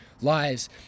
lives